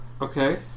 Okay